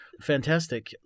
fantastic